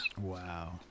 Wow